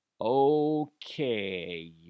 Okay